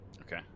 Okay